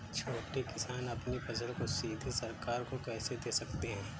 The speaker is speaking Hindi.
छोटे किसान अपनी फसल को सीधे सरकार को कैसे दे सकते हैं?